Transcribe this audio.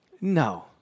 No